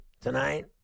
tonight